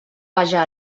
vaja